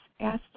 asked